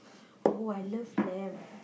oh I love lamb